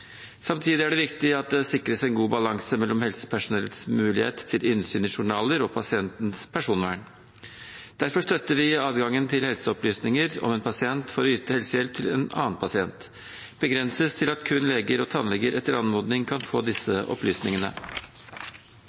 Samtidig er det viktig at det sikres en god balanse mellom helsepersonells mulighet til innsyn i journaler og pasientens personvern. Derfor støtter vi at adgangen til helseopplysninger om en pasient for å yte helsehjelp til en annen pasient begrenses til at kun leger og tannleger etter anmodning kan få disse opplysningene.